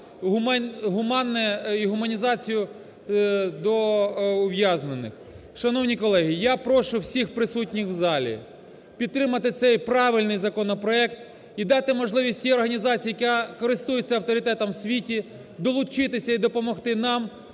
гуманне і гуманізацію до ув'язнених. Шановні колеги, я прошу всіх присутніх в залі підтримати цей правильний законопроект і дати можливість тій організації, яка користується авторитетом у світі, долучитися і допомогти нам